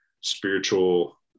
spiritual